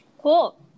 Cool